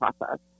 process